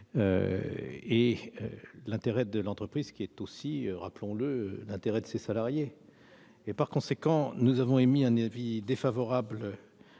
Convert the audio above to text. et l'intérêt de l'entreprise, qui est aussi- rappelons-le -l'intérêt de ses salariés. Par conséquent nous avons émis un avis défavorable